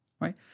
right